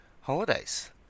holidays